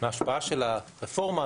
מההשפעה של הרפורמה,